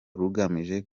rugamije